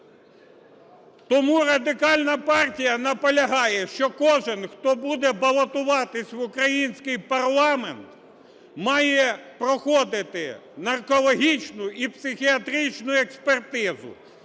Тому Радикальна партія наполягає, що кожен, хто буде балотуватися в український парламент, має проходити наркологічну і психіатричну експертизу,